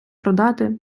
продати